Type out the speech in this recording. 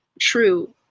true